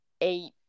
eight